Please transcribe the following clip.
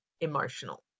emotional